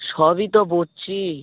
সবই তো বুঝছি